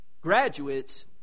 graduates